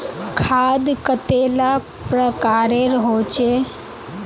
खाद कतेला प्रकारेर होचे?